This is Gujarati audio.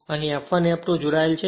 અહી F1 F2 જોડાયેલ છે